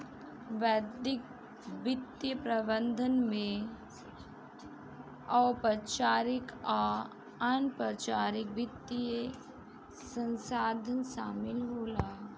वैश्विक वित्तीय प्रबंधन में औपचारिक आ अनौपचारिक वित्तीय संस्थान शामिल होला